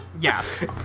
Yes